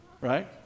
right